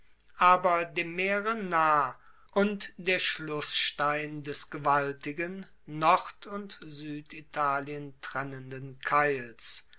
aber dem meere nah und der schlussstein des gewaltigen nord und sueditalien trennenden keils